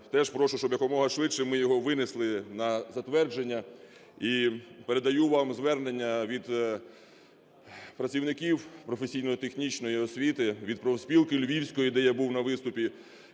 Теж прошу, щоб якомога швидше ми його винесли на затвердження. І передаю вам звернення від працівників професійно-технічної освіти, від профспілки львівської, де я був на виступі